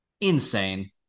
insane